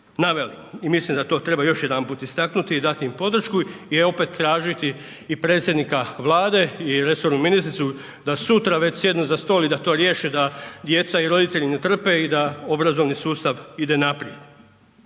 naveli i mislim da to treba još jedanput istaknuti i dati im podršku i opet tražiti i predsjednika Vlade i resornu ministricu da sutra već sjednu za stol i da to riješe, da djeca i roditelji ne trpe i da obrazovni sustav ide naprijed.